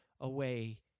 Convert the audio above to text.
away